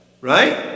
Right